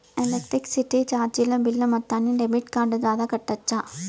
Electricity చార్జీలు bill మొత్తాన్ని debit card ద్వారా కట్టొచ్చా?